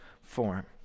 form